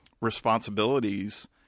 responsibilities